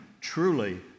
truly